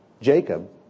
Jacob